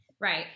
Right